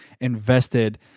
invested